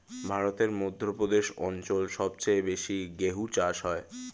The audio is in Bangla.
ভারতের মধ্য প্রদেশ অঞ্চল সবচেয়ে বেশি গেহু চাষ হয়